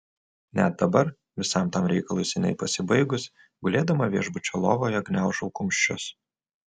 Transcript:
net dabar visam tam reikalui seniai pasibaigus gulėdama viešbučio lovoje gniaužau kumščius